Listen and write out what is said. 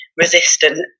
resistant